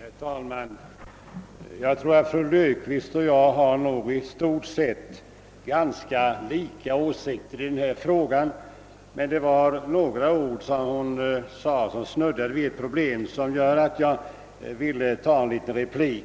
Herr talman! Jag tror att fru Löfqvist och jag i stort sett har ganska likartade åsikter i den här frågan, men några ord hon sade snuddade vid ett särskilt problem, och detta fick mig att begära ordet igen.